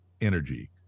energy